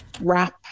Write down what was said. wrap